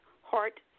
heart